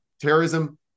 terrorism